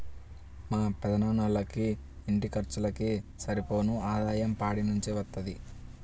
మా పెదనాన్నోళ్ళకి ఇంటి ఖర్చులకు సరిపోను ఆదాయం పాడి నుంచే వత్తది